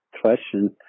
question